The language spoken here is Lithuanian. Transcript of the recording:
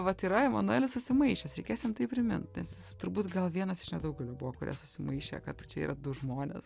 vat yra emanuelis susimaišęs reikės jam tai primint nes jis turbūt gal vienas iš nedaugelio buvo kurie susimaišė kad čia yra du žmonės